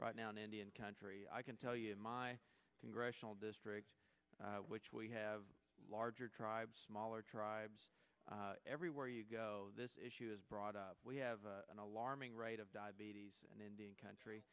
right now in indian country i can tell you in my congressional district which we have larger tribes smaller tribes everywhere you go this issue is brought up we have an alarming rate of diabetes in indian country